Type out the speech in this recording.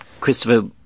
christopher